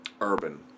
urban